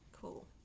Cool